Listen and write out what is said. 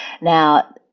Now